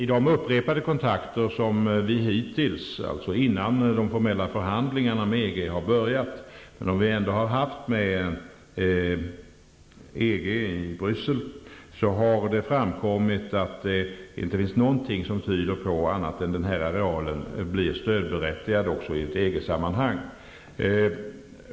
I de upprepade kontakter som vi hittills -- innan de formella förhandlingarna med EG har börjat -- har haft med EG i Bryssel, har det framkommit att det inte finns något som tyder på annat än att den här arealen blir stödberättigad även inom EG.